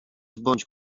zbądź